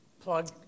Plug